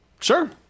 Sure